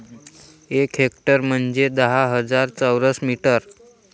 एक हेक्टर म्हंजे दहा हजार चौरस मीटर